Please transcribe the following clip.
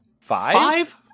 five